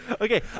Okay